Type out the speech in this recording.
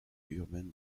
urbaine